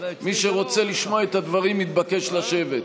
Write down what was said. מי שמעוניין לשמוע את הדברים מתבקש לשבת.